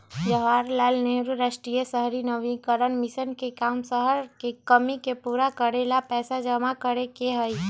जवाहर लाल नेहरू राष्ट्रीय शहरी नवीकरण मिशन के काम शहर के कमी के पूरा करे ला पैसा जमा करे के हई